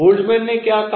Boltzmann ने क्या कहा